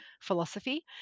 philosophy